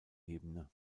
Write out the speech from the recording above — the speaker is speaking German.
ebene